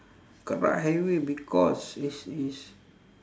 karak highway because it's it's